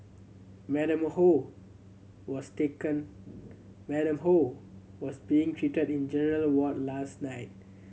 Madam Ho was taken Madam Ho was being treated in a general ward last night